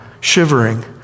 shivering